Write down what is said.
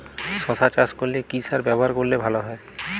শশা চাষ করলে কি সার ব্যবহার করলে ভালো হয়?